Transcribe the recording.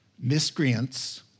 miscreants